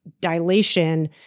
dilation